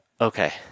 Okay